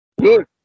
Good